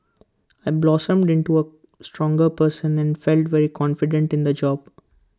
I blossomed into A stronger person and felt very confident in the job